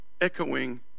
Echoing